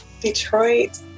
Detroit